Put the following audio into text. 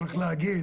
צריך להגיד,